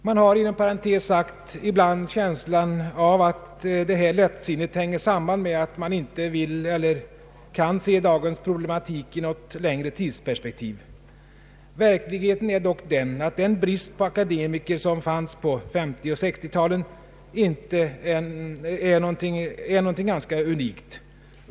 Man har, inom parentes sagt, ibland en känsla av att detta lättsinne hänger samman med att man inte vill eller kan se dagens problematik i något längre tidsperspektiv. Verkligheten är dock den att den brist på akademiker som fanns på 1950 och 1960-talen är något ganska unikt.